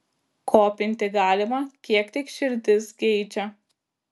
kopinti galima kiek tik širdis geidžia